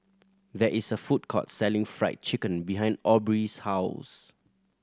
there is a food court selling Fried Chicken behind Aubree's house